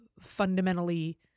fundamentally